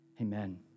amen